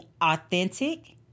authentic